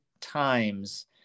times